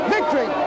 Victory